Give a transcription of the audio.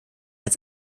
als